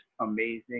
amazing